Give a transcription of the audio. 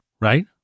right